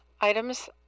items